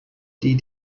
die